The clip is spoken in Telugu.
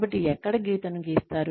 కాబట్టి ఎక్కడ గీతను గీస్తారు